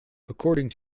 according